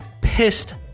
pissed